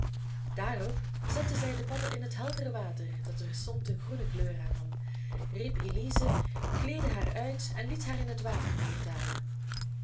daarop zette zij de padden in het heldere water dat terstond een groene kleur aannam riep elize kleedde haar uit en liet haar in het water neerdalen